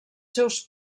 seus